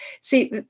See